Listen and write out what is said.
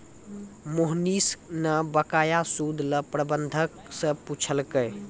मोहनीश न बकाया सूद ल प्रबंधक स पूछलकै